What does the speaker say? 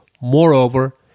Moreover